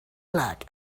like